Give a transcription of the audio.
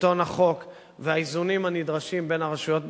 שלטון החוק והאיזונים הנדרשים בין הרשויות בישראל,